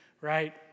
right